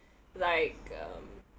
like um